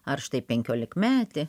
ar štai penkiolikmetį